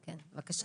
בבקשה.